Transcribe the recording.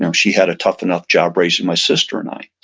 um she had a tough enough job raising my sister and i.